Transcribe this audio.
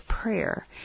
prayer